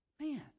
Man